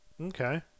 Okay